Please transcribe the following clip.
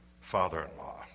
father-in-law